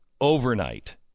overnight